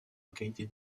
located